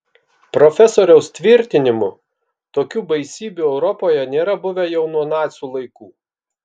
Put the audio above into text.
profesoriaus tvirtinimu tokių baisybių europoje nėra buvę jau nuo nacių laikų